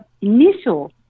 initial